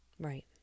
Right